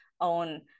own